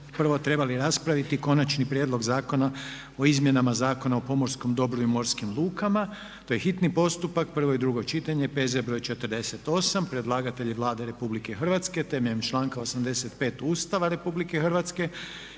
prvo trebali raspraviti - Konačni prijedlog zakona o izmjenama Zakona o pomorskom dobru i morskim lukama, hitni postupak, prvo i drugo čitanje, P.Z. br. 48; Predlagatelj je Vlada Republike Hrvatske temeljem članka 85. Ustava Republike Hrvatske